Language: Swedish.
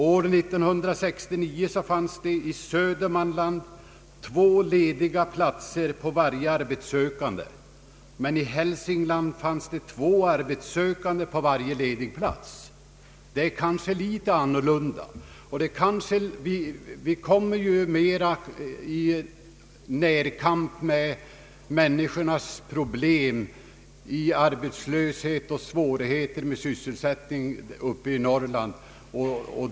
År 1969 fanns i Södermanland två lediga platser på varje arbetssökande, men i Hälsingland fanns två arbetssökande på varje ledig plats. Förhållandena är alltså något annorlunda. Uppe i Norrland kommer vi mera i närkamp med människorans problem vid arbetslöshet och svårigheter med sysselsättningen.